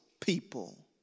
people